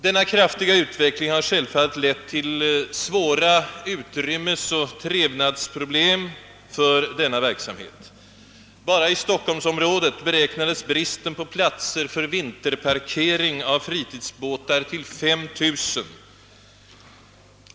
Denna kraftiga utveckling har självfallet lett till svåra utrymmesoch trevnadsproblem för eller i samband med denna verksamhet. Bara i stockholmsområdet beräknades bristen på platser för vinterparkering av fritidsbåtar till 5 000.